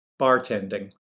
bartending